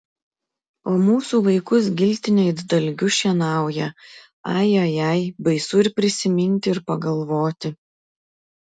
o mūsų vaikus giltinė it dalgiu šienauja ai ai ai baisu ir prisiminti ir pagalvoti